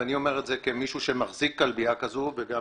ואני אומר את זה כמישהו שמחזיק כלביה כזו וגם